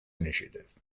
initiative